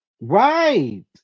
Right